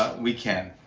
ah we can.